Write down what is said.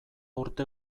urte